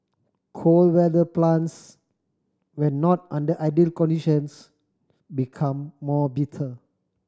cold weather plants when not under ideal conditions become more bitter